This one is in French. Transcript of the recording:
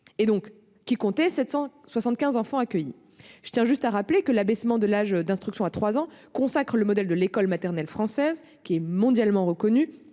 Strasbourg qui compte 775 enfants accueillis dans ces structures. Je tiens à rappeler que l'abaissement de l'âge de l'instruction à 3 ans consacre le modèle de l'école maternelle française, qui est mondialement reconnue